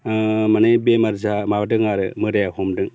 माने बेमार माबादों आरो मोदाइआ हमदों